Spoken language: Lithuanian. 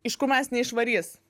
iš kur manęs neišvarys